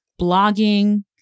blogging